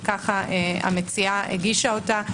וכך המציעה הגישה אותה,